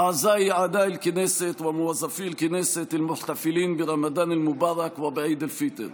נכבדיי חברי הכנסת ועובדי הכנסת החוגגים את רמדאן ואת עיד אל-פיטר,